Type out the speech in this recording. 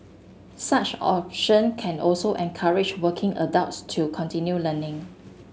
such option can also encourage working adults to continue learning